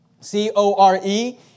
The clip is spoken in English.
C-O-R-E